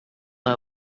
her